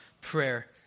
prayer